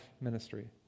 ministry